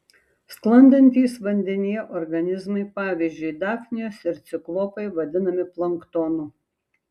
sklandantys vandenyje organizmai pavyzdžiui dafnijos ir ciklopai vadinami planktonu